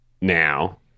now